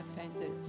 offended